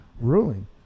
ruling